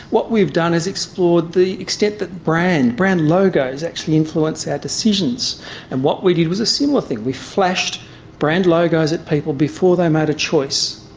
what we've done is explored the extent that brand, brand logos actually influence our yeah decisions and what we did was a similar thing, we flashed brand logos at people before they made a choice.